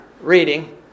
reading